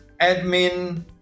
Admin